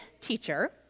teacher